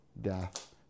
death